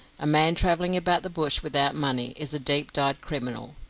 a man travelling about the bush without money is a deep-dyed criminal.